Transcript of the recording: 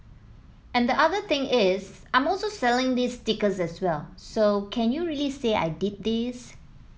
and the other thing is I'm also selling these stickers as well so can you really say I did these